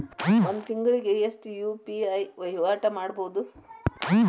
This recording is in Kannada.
ಒಂದ್ ತಿಂಗಳಿಗೆ ಎಷ್ಟ ಯು.ಪಿ.ಐ ವಹಿವಾಟ ಮಾಡಬೋದು?